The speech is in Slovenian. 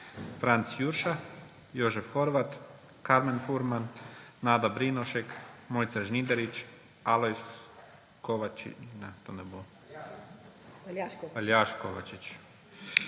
Franc Jurša, Jožef Horvat, Karmen Furman, Nada Brinovšek, Mojca Žnidarič, Aljaž Kovačič,